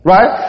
Right